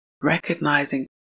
recognizing